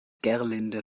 gerlinde